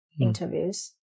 interviews